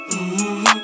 mmm